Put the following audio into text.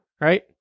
right